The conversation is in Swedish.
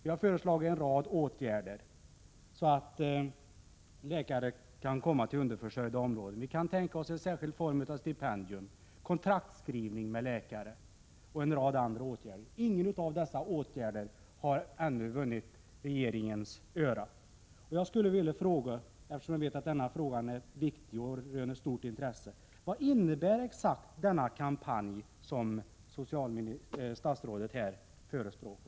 Vi har föreslagit en rad åtgärder så att läkare kan komma till underförsörjda områden. Vi kan tänka oss en särskild form av stipendium, kontraktsskrivning med läkare och en rad andra åtgärder. Ingen av dessa åtgärder har ännu vunnit regeringens öra. Jag skulle vilja fråga, eftersom jag vet att detta är viktigt och röner stort intresse: Vad innebär exakt den kampanj som socialministern här förespråkar?